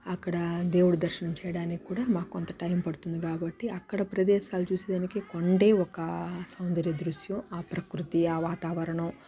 అక్కడా దేవుడి దర్శనం చేయడానిక్కూడా మాకొంత టైం పడుతుంది కాబట్టి అక్కడ ప్రదేశాలు చూసెదానికి ఉందే ఒక సౌందర్య దృశ్యం ప్రకృతి వాతావరణం